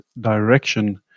direction